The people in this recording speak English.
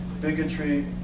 bigotry